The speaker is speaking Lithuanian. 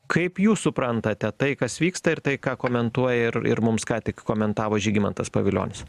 kaip jūs suprantate tai kas vyksta ir tai ką komentuoja ir ir mums ką tik komentavo žygimantas pavilionis